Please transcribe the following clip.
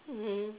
mmhmm